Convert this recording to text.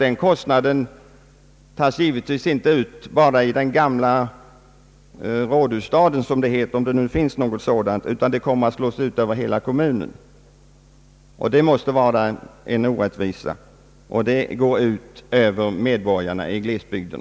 Den kostnaden tas givetvis inte ut bara i den gamla rådhusstaden, utan den slås ut över hela kommunen. Det måste innebära en orättvisa som går ut över medborgarna i dessa bygder.